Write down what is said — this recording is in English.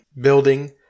building